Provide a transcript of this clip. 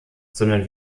sondern